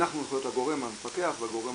אנחנו יכולים להיות הגורם המפקח והגורם